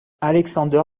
alexander